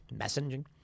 messaging